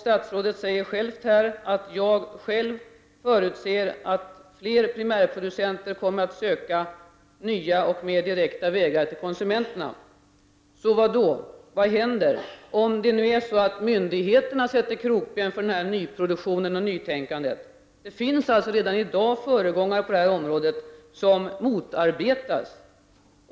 Statsrådet säger själv att han förutser att fler primärproducenter kommer att söka nya och mer direkta vägar till konsumenterna. Vad händer då om myndigheterna sätter krokben för denna nyproduktion och detta nytänkande? Det finns alltså redan i dag föregångare på området som motarbetas.